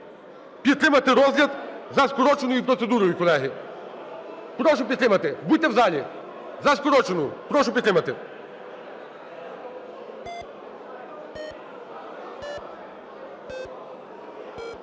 підтримати розгляд за скороченою процедурою, колеги. Прошу підтримати, будьте в залі. За скорочену! Прошу підтримати.